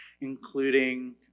including